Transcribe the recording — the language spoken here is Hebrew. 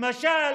למשל